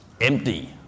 empty